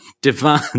Divine